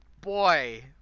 boy